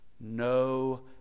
no